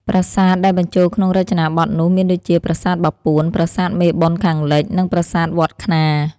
ប្រាសាទដែលបញ្ចូលក្នុងរចនាបថនោះ មានដូចជា ប្រាសាទបាពួន ប្រាសាទមេបុណ្យខាងលិច និងប្រាសាទវត្ដខ្នារ ។